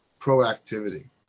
proactivity